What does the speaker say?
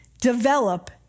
develop